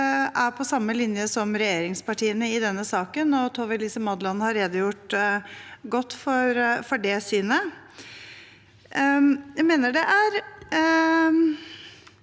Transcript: Vi er på samme linje som regjeringspartiene i denne saken, og Tove Elise Madland har redegjort godt for det synet. Jeg mener det er